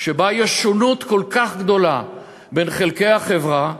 שבה יש שונות כל כך גדולה בין חלקי החברה,